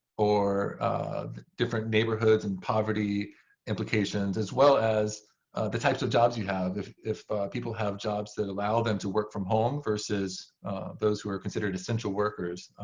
or different neighborhoods and poverty implications, as well as the types of jobs you have. if if people have jobs that allow them to work from home versus those who are considered essential workers,